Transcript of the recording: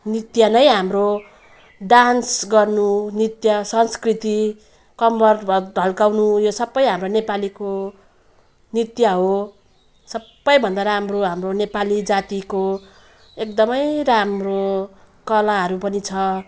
नृत्य नै हाम्रो डान्स गर्नु नृत्य संस्कृति कम्मर भयो ढल्काउनु यो सबै हाम्रो नेपालीको नृत्य हो सबै भन्दा राम्रो हाम्रो नेपाली जातिको एकदमै राम्रो कलाहरू पनि छ